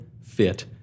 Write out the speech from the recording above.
fit